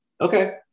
Okay